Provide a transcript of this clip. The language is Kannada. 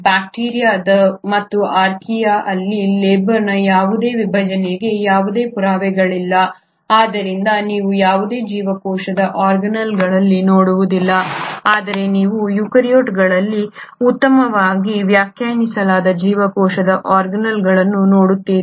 ಬ್ಯಾಕ್ಟೀರಿಯಾದ ಮತ್ತು ಆರ್ಕಿಯಾ ಅಲ್ಲಿ ಲೇಬರ್ನ ಯಾವುದೇ ವಿಭಜನಗೆ ಯಾವುದೇ ಪುರಾವೆಗಳಿಲ್ಲ ಆದ್ದರಿಂದ ನೀವು ಯಾವುದೇ ಜೀವಕೋಶದ ಆರ್ಗಾನ್ಯಿಲ್ಗಳನ್ನು ನೋಡುವುದಿಲ್ಲ ಆದರೆ ನೀವು ಯುಕ್ಯಾರಿಯೋಟ್ಗಳಲ್ಲಿ ಉತ್ತಮವಾಗಿ ವ್ಯಾಖ್ಯಾನಿಸಲಾದ ಜೀವಕೋಶದ ಆರ್ಗಾನ್ಯಿಲ್ಗಳನ್ನು ನೋಡುತ್ತೀರಿ